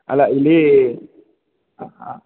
ಅಲ್ಲ ಇಲ್ಲಿ ಹಾಂ ಹಾಂ